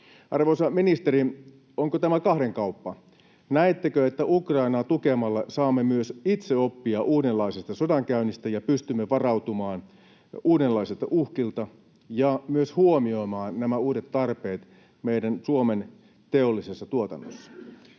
Arvoisa ministeri, onko tämä kahden kauppa? Näettekö, että Ukrainaa tukemalla saamme myös itse oppia uudenlaisesta sodankäynnistä ja pystymme varautumaan uudenlaisilta uhkilta ja myös huomioimaan nämä uudet tarpeet Suomen teollisessa tuotannossa?